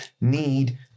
need